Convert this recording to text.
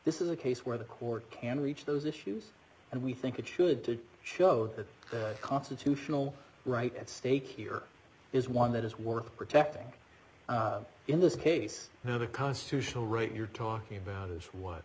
this is a case where the court can reach those issues and we think it should to show that the constitutional right at stake here is one that is worth protecting in this case you have a constitutional right you're talking about is what